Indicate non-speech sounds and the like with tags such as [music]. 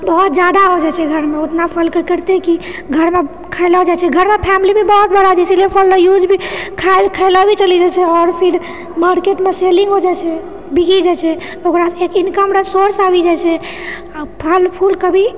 बहुत जादा हो जाइत छै घरमे ओतना फलके करतै की घरमे खाए ले लऽ जाय छै घरमे फैमिली बहुत बड़ा [unintelligible] इसीलिए फल यूज भी खायलो भी चलि जाइत छै आओर फिर मार्केटमे सेलिङ्ग हो जाइत छै बिकी जाए छै ओकरासँ इनकमके सोर्स आबि जाय छै आ फल फूल कभी